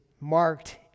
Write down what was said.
marked